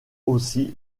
aussi